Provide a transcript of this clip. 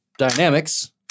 Dynamics